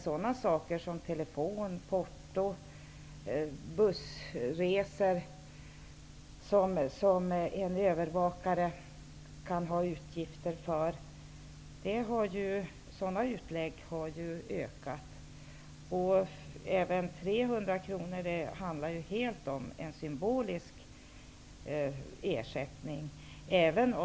Utgifter för telefon, porto och bussresor som en övervakare kan ha har ökat. Även 300 kr är en helt symbolisk ersättning.